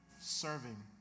serving